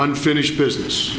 unfinished business